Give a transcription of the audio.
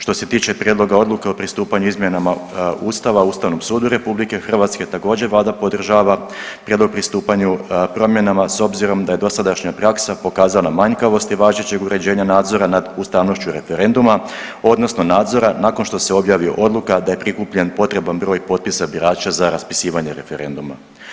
Što se tiče Prijedloga Odluke o pristupanju izmjenama Ustava Ustavnom sudu RH, također, Vlada podržava prijedlog pristupanju promjenama s obzirom da je dosadašnja praksa pokazala manjkavosti važećeg uređenja nadzora nad ustavnošću referenduma, odnosno nadzora nakon što se objavi odluka da je prikupljen potreban broj potpisa birača za raspisivanje referenduma.